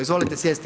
Izvolite sjesti.